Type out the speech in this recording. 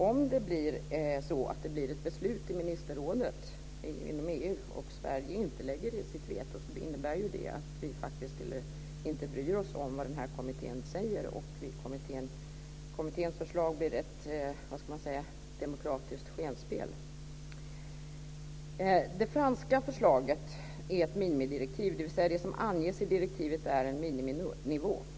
Om det blir ett beslut i ministerrådet och Sverige inte lägger in sitt veto, innebär det att vi faktiskt inte bryr oss om vad kommittén säger. Kommitténs förslag blir ett demokratiskt skenspel. Det franska förslaget är ett minimidirektiv. Det som anges i direktivet är en miniminivå.